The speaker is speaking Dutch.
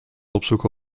opzoeken